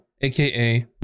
aka